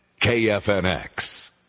KFNX